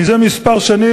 זה כמה שנים,